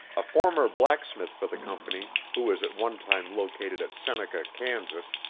a former blacksmith for the company who was at one time located at seneca, kansas,